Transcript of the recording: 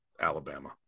Alabama